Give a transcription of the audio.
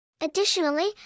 Additionally